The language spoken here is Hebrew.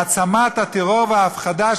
העצמת הטרור וההפחדה,